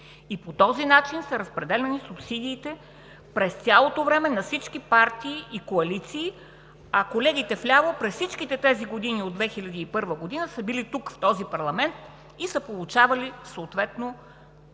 цялото време са разпределяни субсидиите на всички партии и коалиции, а колегите в ляво през всичките тези години – от 2001 г., са били тук, в този парламент, и са получавали съответно